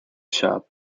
shop